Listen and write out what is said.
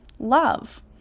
love